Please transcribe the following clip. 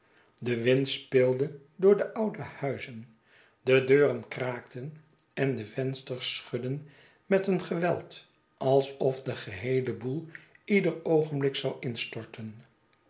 de wind speelde door de oude huizen de deuren kraakten en de vensters schudden met een geweld alsof de geheele boel ieder oogenblik zou instorten